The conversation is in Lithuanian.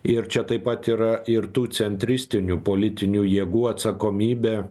ir čia taip pat yra ir tų centristinių politinių jėgų atsakomybė